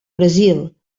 brasil